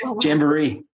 Jamboree